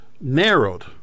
narrowed